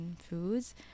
foods